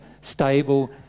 stable